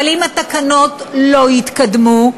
אבל אם התקנות לא יתקדמו,